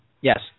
Yes